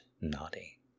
naughty